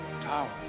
Tower